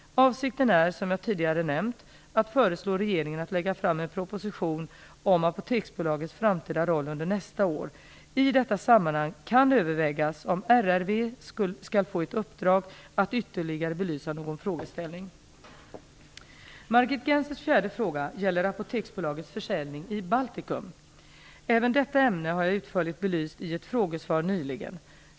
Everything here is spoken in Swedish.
Avsikten är, som jag tidigare nämnt, att föreslå regeringen att lägga fram en proposition om Apoteksbolagets framtida roll under nästa år. I detta sammanhang kan övervägas om RFV skall få ett uppdrag att ytterligare belysa någon frågeställning. Margit Gennsers fjärde fråga gäller Apoteksbolagets försäljning i Baltikum. Även detta ämne har jag utförligt belyst i ett frågesvar nyligen.